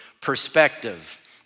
Perspective